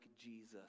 Jesus